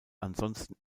ansonsten